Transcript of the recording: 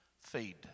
feed